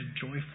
joyful